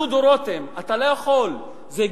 דודו רותם, אתה לא יכול, זה גנים,